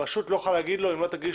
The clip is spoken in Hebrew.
הרשות לא יכולה לומר לו שאם הוא לא יגיש